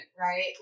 right